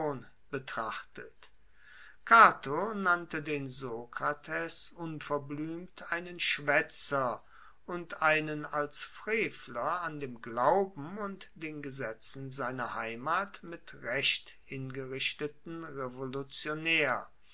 betrachtet cato nannte den sokrates unverbluemt einen schwaetzer und einen als frevler an dem glauben und den gesetzen seiner heimat mit recht hingerichteten revolutionaer